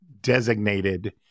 designated